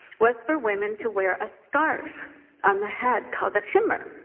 was for women to wear a scarf on the head, called a khimar,